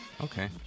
Okay